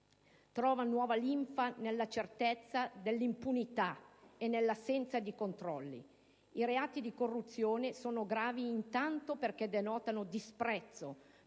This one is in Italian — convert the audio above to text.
trova nuova linfa nella certezza dell'impunità e nella assenza di controlli. I reati di corruzione sono gravi intanto perché denotano disprezzo